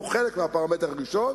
והוא חלק מהפרמטר הראשון: